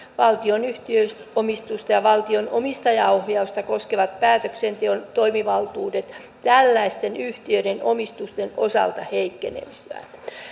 valtion yhtiöomistusta ja valtion omistajaohjausta koskevat päätöksenteon toimivaltuudet tällaisten yhtiöiden omistusten osalta heikkenisivät